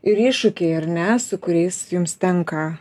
ir iššūkiai ar ne su kuriais jums tenka